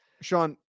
sean